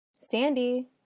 Sandy